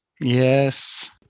Yes